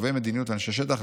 קובעי מדיניות ואנשי שטח,